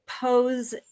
pose